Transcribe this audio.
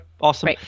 awesome